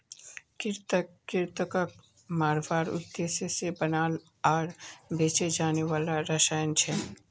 कृंतक कृन्तकक मारवार उद्देश्य से बनाल आर बेचे जाने वाला रसायन छे